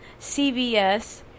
CVS